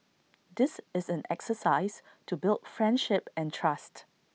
this is an exercise to build friendship and trust